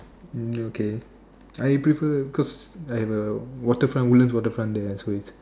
mm okay I prefer cause I have a waterfront woodlands waterfront there so